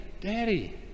daddy